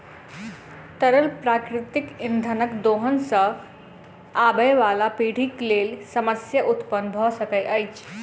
तरल प्राकृतिक इंधनक दोहन सॅ आबयबाला पीढ़ीक लेल समस्या उत्पन्न भ सकैत अछि